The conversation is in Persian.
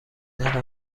الان